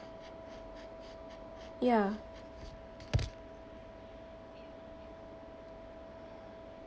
ya